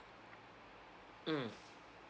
mm